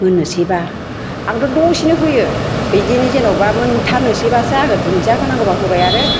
मोननोसैबा आंथ' दसेनो होयो बिदिनो जेन'बा मोनथारनोसैबासो आङो दुनदिया होनांगौबा होबाय आरो